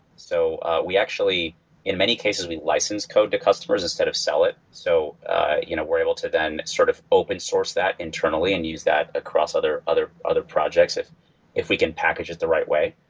so we actually in many cases, we license code to customers instead of sell it. so you know we're able to then sort of open source that internally and use that across other other projects if if we can package it the right way.